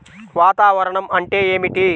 వాతావరణం అంటే ఏమిటి?